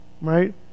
right